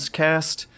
cast